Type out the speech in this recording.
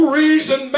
reason